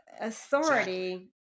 authority